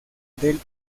del